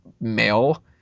male